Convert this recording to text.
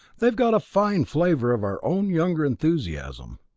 they've got a fine flavor of our own younger enthusiasm.